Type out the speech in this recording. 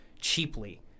cheaply